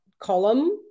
Column